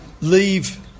leave